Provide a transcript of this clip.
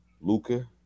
Luca